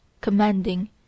commanding